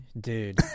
Dude